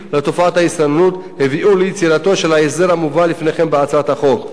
ההסתננות הביא ליצירתו של ההסדר המובא לפניכם בהצעת החוק,